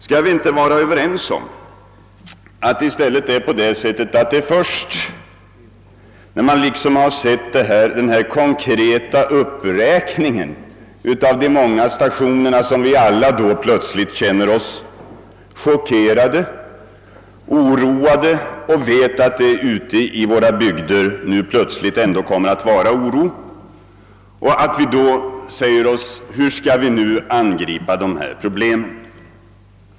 Skall vi inte vara överens om att det i stället är på det sättet, att det är först efter att ha sett den konkreta uppräkningen av de många stationerna som vi alla plötsligt känner oss chockerade och oroliga? Vi vet att det kommer att uppstå oro i våra bygder och vi frågar oss: Hur skall vi angripa dessa problem?